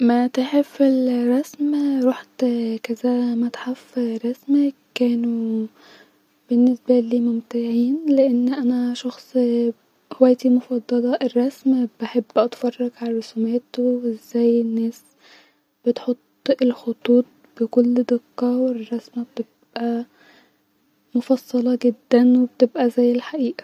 بحب الورق العنب والجمبري-لانها من اكتر الوجبات في كل مره انا باكلها وانا فرحانه-مستمتعه جدا بأكلها ومبزهقش منها